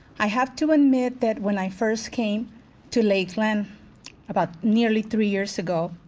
i have to admit that when i first came to lakeland about nearly three years ago,